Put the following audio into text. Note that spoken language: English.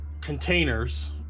containers